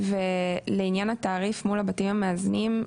ולעניין התעריף מול הבתים המאזנים.